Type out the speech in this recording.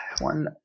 one